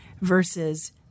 versus